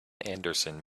anderson